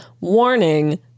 Warning